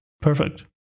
Perfect